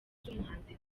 z’umuhanzi